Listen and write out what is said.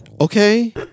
Okay